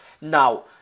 now